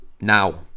now